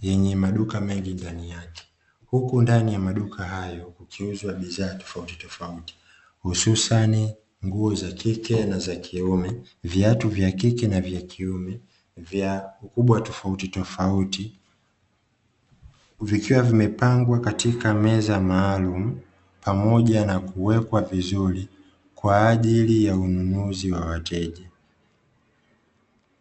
yenye maduka mengi ndani yake, huku ndani ya maduka hayo kukiuzwa bidhaa tofautitofauti, hususani nguo za kike na za kiume, viatu vya kike na vya kiume tofautitofauti. Vikiwa vimepangwa katika meza maalumu, pamoja na kuwekwa vizuri kwa ajili ya ununuzi wa wateja.